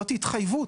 זאת התחייבות.